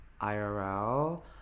IRL